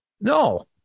No